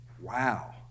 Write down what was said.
Wow